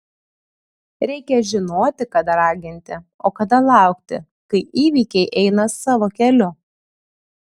reikia žinoti kada raginti o kada laukti kai įvykiai eina savo keliu